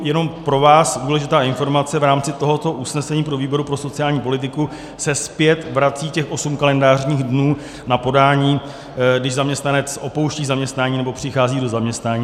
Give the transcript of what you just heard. Jenom pro vás důležitá informace, v rámci tohoto usnesení výboru pro sociální politiku se zpět vrací těch osm kalendářních dnů na podání, když zaměstnanec opouští zaměstnání nebo přichází do zaměstnání.